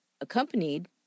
accompanied